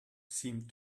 seemed